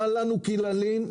מה לנו כי נלין